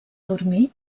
dormir